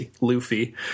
luffy